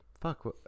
Fuck